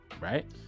right